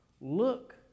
Look